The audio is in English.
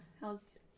how's